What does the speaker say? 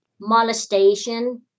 molestation